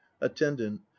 attendant